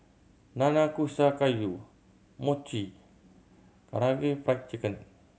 Nanakusa Gayu Mochi Karaage Fried Chicken